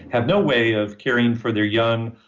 have no way of caring for their young,